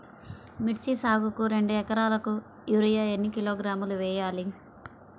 మిర్చి సాగుకు రెండు ఏకరాలకు యూరియా ఏన్ని కిలోగ్రాములు వేయాలి?